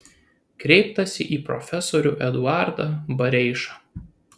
kreiptasi į profesorių eduardą bareišą